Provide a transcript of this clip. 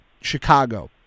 Chicago